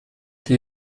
que